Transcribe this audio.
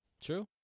True